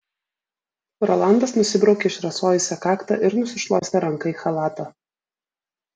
rolandas nusibraukė išrasojusią kaktą ir nusišluostė ranką į chalatą